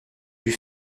dut